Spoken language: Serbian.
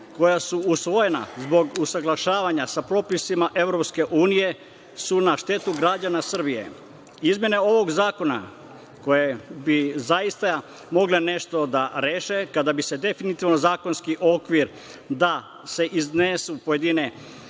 koja su usvojena zbog usaglašavanja sa propisima EU, su na štetu građana Srbije. Izmene ovog zakona koje bi zaista mogle nešto da reše kada bi se definitivno zakonski okvir da se iznesu pojedine